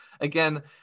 again